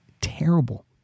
Terrible